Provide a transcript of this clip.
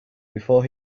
before